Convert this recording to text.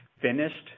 finished